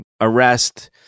arrest